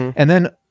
and then.